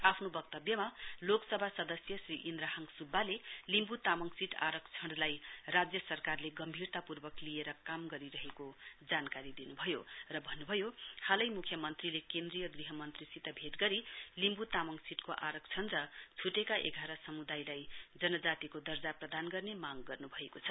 आफ्नो वक्तव्यमा लोकसभा सदस्य श्री इन्द्रहाङ सुब्बाले लिम्बू तामाङ सीट आरक्षणलाई राज्य सरकारले गम्भीरतापूरवक लिएर काम गरिरहेको जानकारी दिनु भयो र भन्नु भयो हालै मुख्यमन्त्रीले केन्द्रीय गृहमन्त्रीसित भेट गरी लिम्बू तामाङ सीटको आरक्षण र छुटेका एघार समुदायलाई जनजातिको दर्जा प्रदान गर्ने माग गर्नु भएको छ